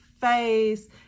face